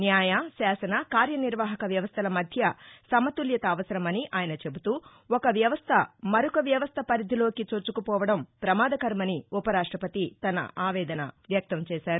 న్యాయ శాసన కార్య నిర్వాహక వ్యవస్థల మధ్య సమతుల్యత అవసరమని ఆయన చెబుతూ ఒక వ్యవస్ట మరొక వ్యవస్ట పరిధిలోకి చొచ్చుకుపోవడం ప్రమాదకరమని ఉప రాష్టపతి తన ఆవేదన వ్యక్తం చేశారు